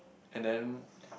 and then